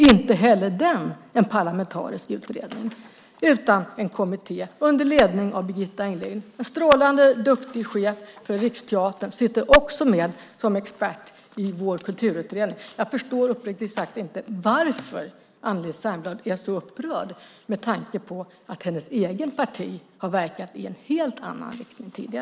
Inte heller det var en parlamentarisk utredning utan en kommitté under ledning av Birgitta Englin som är en strålande duktig chef för Riksteatern. Hon sitter också med som expert i vår kulturutredning. Jag förstår uppriktigt sagt inte varför Anneli Särnblad är så upprörd med tanke på att hennes eget parti har verkat i helt annan riktning tidigare.